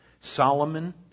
Solomon